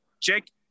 Jake